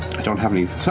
i don't have any,